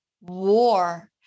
war